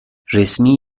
resmi